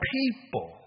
people